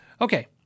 Okay